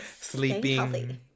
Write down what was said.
sleeping